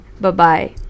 bye-bye